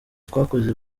twakoze